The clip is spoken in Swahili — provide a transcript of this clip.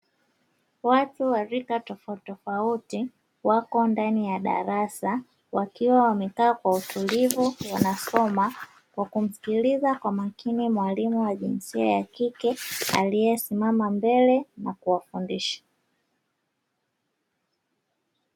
Watu wa rika tofautitofauti wako ndani ya darasa, wakiwa wamekaa kwa utulivu wanasoma, kwa kumsikiliza kwa makini mwalimu wa jinsia ya kike, aliyesimama mbele na kuwafundisha.